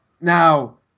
Now